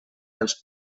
dels